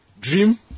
dream